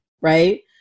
Right